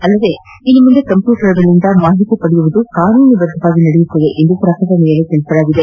ಅಲ್ಲದೇ ಇನ್ನು ಮುಂದೆ ಕಂಪ್ಯೂಟರ್ಗಳಿಂದ ಮಾಹಿತಿ ಪಡೆಯುವುದು ಕಾನೂನು ಬದ್ದವಾಗಿಯೇ ನಡೆಯಲಿದೆ ಎಂದು ಪ್ರಕಟಣೆಯಲ್ಲಿ ತಿಳಿಸಲಾಗಿದೆ